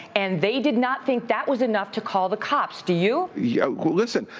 and they did not think that was enough to call the cops. do you? yeah listen,